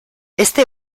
este